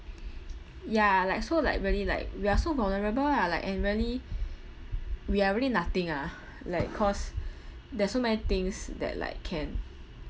ya like so like really like we are so vulnerable ah like and really we are really nothing ah like cause there's so many things that like can